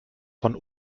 von